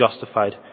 justified